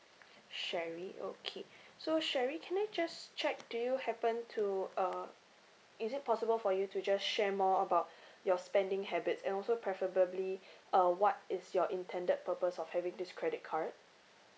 sherry okay so sherry can I just check do you happen to uh is it possible for you to just share more about your spending habits and also preferably uh what is your intended purpose of having this credit card